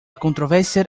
controversia